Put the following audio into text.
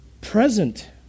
Present